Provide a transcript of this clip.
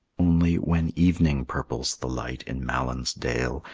only, when evening purples the light in malyn's dale,